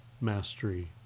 mastery